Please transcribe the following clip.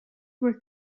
were